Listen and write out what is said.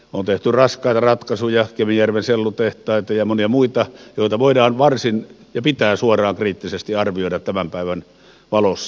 on tehty raskaita ratkaisuja kemijärven sellutehtaita ja monia muita joita voidaan arvioida ja pitää suoraan varsin kriittisesti arvioida tämän päivän valossa